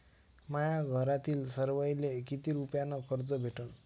माह्या घरातील सर्वाले किती रुप्यान कर्ज भेटन?